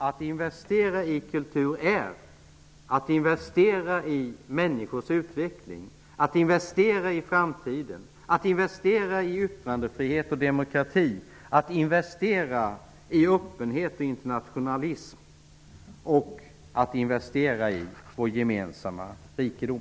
Att investera i kultur är att investera i människors utveckling, framtiden, yttrandefrihet och demokrati, öppenhet och internationalism och i vår gemensamma rikedom.